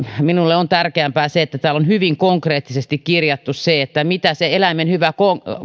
minulle on tärkeämpää se että täällä on hyvin konkreettisesti kirjattu se mitä se eläimen hyvä